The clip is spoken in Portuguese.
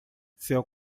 seu